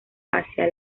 hacia